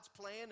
plan